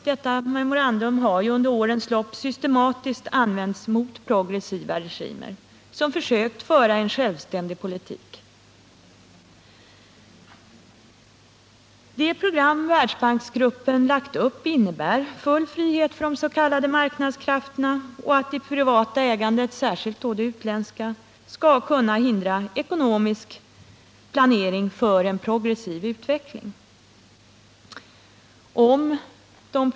Detta memorandum har under årens lopp systematiskt använts mot progressiva regimer som försökt föra en självständig politik. Det program Världsbanksgruppen lagt upp innebär att det skall råda full frihet för de s.k. marknadskrafterna och att det privata ägandet, särskilt då det utländska, skall kunna hindra ekonomisk planering för en progressiv utveckling.